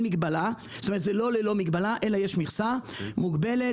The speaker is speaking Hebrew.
וזה לא ללא מגבלה אלא יש מכסה מוגבלת.